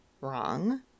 wrong